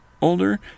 older